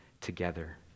together